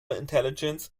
intelligence